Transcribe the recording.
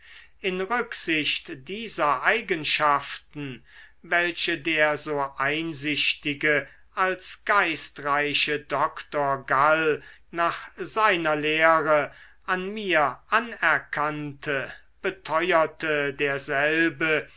in rücksicht dieser eigenschaften welche der so einsichtige als geistreiche doktor gall nach seiner lehre an mir anerkannte beteuerte derselbe